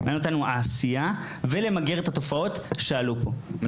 מעניין אותנו העשייה ולמגר את התופעות שעלו פה,